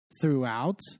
throughout